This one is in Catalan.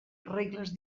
regles